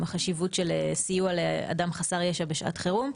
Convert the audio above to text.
החשיבות של סיוע לאדם חסר ישע בשעת חירום.